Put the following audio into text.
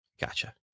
gotcha